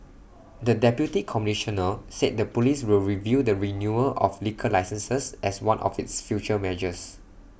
the deputy Commissioner said the Police will review the renewal of liquor licences as one of its future measures